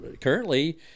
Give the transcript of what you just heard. currently